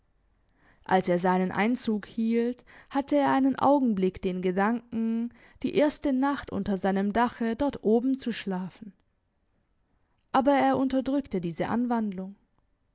als er seinen einzug hielt hatte er einen augenblick den gedanken die erste nacht unter seinem dache dort oben zu schlafen aber er unterdrückte diese anwandlung